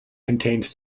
contains